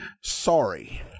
Sorry